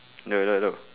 no no no